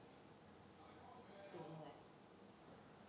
don't know leh